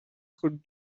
could